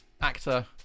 actor